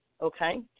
okay